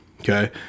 Okay